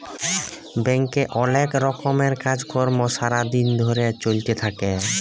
ব্যাংকে অলেক রকমের কাজ কর্ম সারা দিন ধরে চ্যলতে থাক্যে